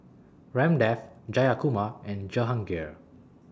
Ramdev Jayakumar and Jehangirr